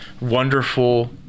wonderful